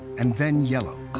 and then yellow.